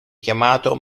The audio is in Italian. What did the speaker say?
chiamato